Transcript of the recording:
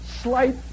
slight